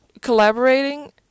collaborating